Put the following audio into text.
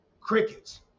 Crickets